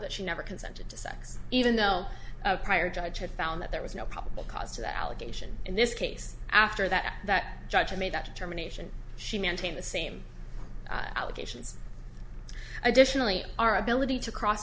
that she never consented to sex even though prior judge had found that there was no probable cause to that allegation in this case after that that judge made that determination she maintained the same allegations additionally our ability to cross